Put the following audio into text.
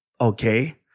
Okay